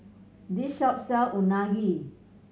this shop sells Unagi